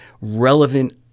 relevant